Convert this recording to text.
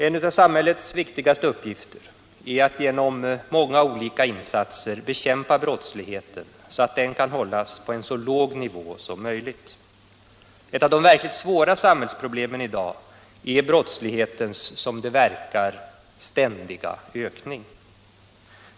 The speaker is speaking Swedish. En av samhällets viktigaste uppgifter är att genom många olika insatser bekämpa brottsligheten, så att den kan hållas på en så låg nivå som möjligt. Ett av de verkligt svåra samhällsproblemen i dag är brottslighetens — som det verkar — ständiga ökning.